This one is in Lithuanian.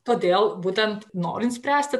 todėl būtent norint spręsti